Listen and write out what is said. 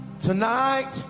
tonight